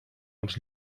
els